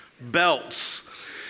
belts